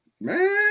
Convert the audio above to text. Man